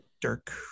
Dirk